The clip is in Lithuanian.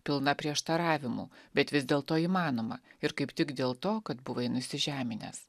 pilna prieštaravimų bet vis dėlto įmanoma ir kaip tik dėl to kad buvai nusižeminęs